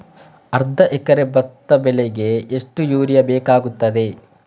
ಅರ್ಧ ಎಕರೆ ಭತ್ತ ಬೆಳೆಗೆ ಎಷ್ಟು ಯೂರಿಯಾ ಬೇಕಾಗುತ್ತದೆ?